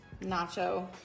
nacho